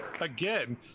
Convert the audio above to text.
again